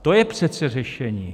To je přece řešení.